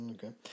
Okay